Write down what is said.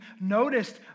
noticed